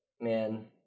man